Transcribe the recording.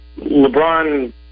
LeBron